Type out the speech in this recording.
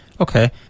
Okay